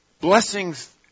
blessings